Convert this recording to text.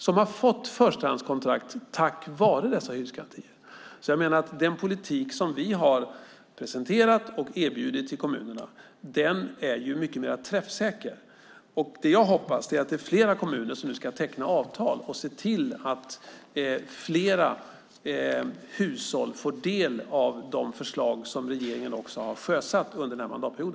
De har fått förstahandskontrakt tack vare hyresgarantierna. Den politik som vi presenterat och erbjudit kommunerna är mycket mer träffsäker. Jag hoppas att fler kommuner kommer att teckna avtal och se till att fler hushåll får del av de förslag som regeringen sjösatt under denna mandatperiod.